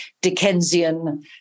Dickensian